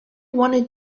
wanted